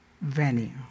venue